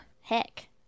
heck